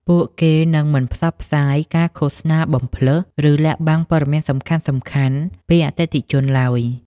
ពួកគេនឹងមិនផ្សព្វផ្សាយការឃោសនាបំផ្លើស ឬលាក់បាំងព័ត៌មានសំខាន់ៗពីអតិថិជនឡើយ។